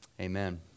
amen